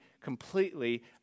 completely